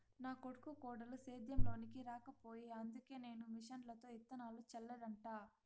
నా కొడుకు కోడలు సేద్యం లోనికి రాకపాయె అందుకే నేను మిషన్లతో ఇత్తనాలు చల్లతండ